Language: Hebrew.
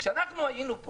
כשאנחנו היינו פה